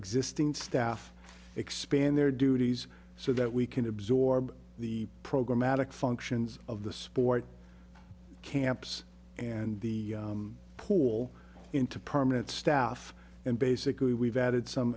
existing staff expand their duties so that we can absorb the program magic functions of the sport camps and the pool into permanent staff and basically we've added some